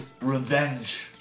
revenge